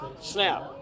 snap